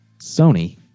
Sony